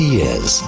years